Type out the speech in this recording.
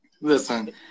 Listen